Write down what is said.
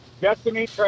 Destiny